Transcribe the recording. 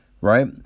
right